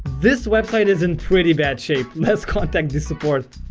this website is in pretty bad shape let's contact the support.